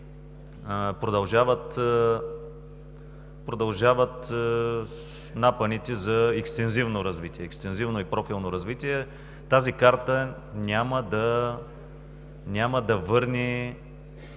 продължават напъните за екстензивно и профилно развитие. Тази карта няма да върне